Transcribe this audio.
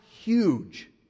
huge